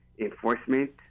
enforcement